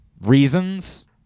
reasons